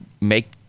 make